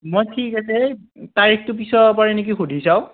মই ঠিক আছে তাৰিখটো পিছুৱাব পাৰি নেকি সুধি চাওঁ